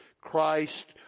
Christ